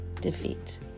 defeat